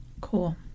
Cool